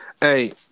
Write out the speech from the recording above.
Hey